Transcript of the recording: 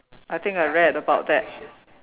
I think I read about that